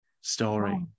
story